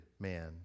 man